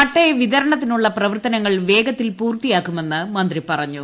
പട്ടയ വിതരണത്തിനുള്ള പ്രവർത്തനങ്ങൾ വേഗത്തിൽ പൂർത്തിയാക്കുമെന്ന് മന്ത്രി പറഞ്ഞു